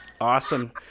Awesome